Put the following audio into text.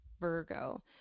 Virgo